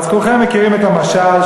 אז כולכם מכירים את המשל,